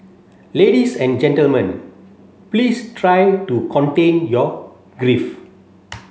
ladies and gentlemen please try to contain your grief